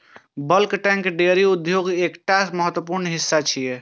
bulk tank dairy उद्योग के एकटा महत्वपूर्ण हिस्सा छियै